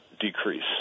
decrease